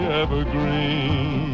evergreen